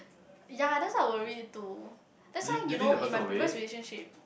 ya that's why I worried to that's why you know in my previous relationship